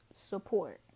support